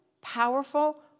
powerful